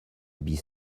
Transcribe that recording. bis